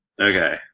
Okay